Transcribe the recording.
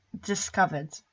discovered